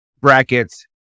brackets